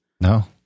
No